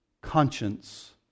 conscience